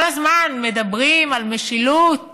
כל הזמן מדברים על משילות